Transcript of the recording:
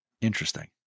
Interesting